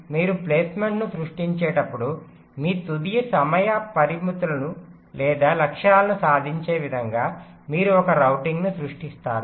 కాబట్టి మీరు ప్లేస్మెంట్ను సృష్టించేటప్పుడు మీ తుది సమయ పరిమితులు లేదా లక్ష్యాలను సాధించే విధంగా మీరు ఒక రౌటింగ్ను సృష్టిస్తారు